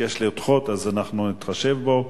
ביקש לדחות, ואנחנו נתחשב בו.